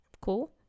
Cool